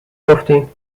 گفتین